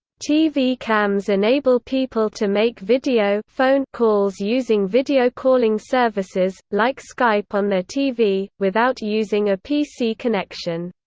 tv cams enable people to make video phone calls using video calling services, like skype on their tv, without using a pc connection.